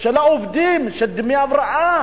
של דמי ההבראה?